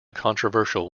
controversial